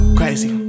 crazy